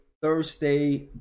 Thursday